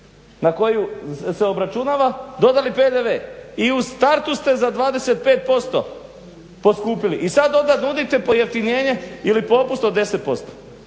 na koju se obračunava dodali PDV i u startu ste za 25% poskupili. I sad onda nudite pojeftinjenje ili popust od 10%.